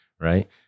Right